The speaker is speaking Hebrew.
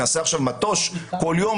נעשה עכשיו מטוש כל יום?